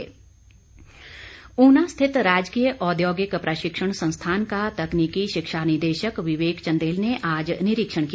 निरीक्षण ऊना स्थित राजकीय औद्योगिक प्रशिक्षण संस्थान का तकनीकी शिक्षा निदेशक विवेक चंदेल ने आज निरीक्षण किया